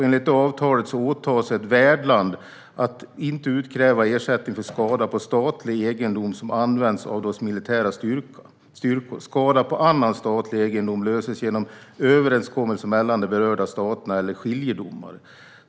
Enligt avtalet åtar sig ett värdland att inte utkräva ersättning för skada på statlig egendom som används av dess militära styrkor. Skada på annan statlig egendom löses genom överenskommelse mellan de berörda staterna eller genom skiljedomar.